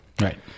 Right